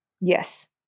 Yes